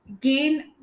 gain